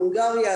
הונגריה,